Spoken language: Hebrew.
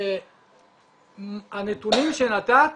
שהנתונים שנתת,